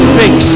fix